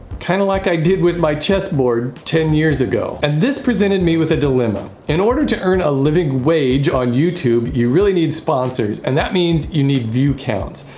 kind of like i did with my chessboard ten years ago. and this presented me with a dilemma in order to earn a living wage on youtube you really need sponsors. and that means you need view counts.